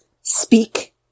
speak